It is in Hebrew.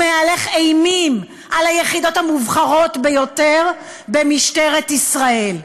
הוא מהלך אימים על היחידות המובחרות ביותר במשטרת ישראל.